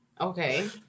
Okay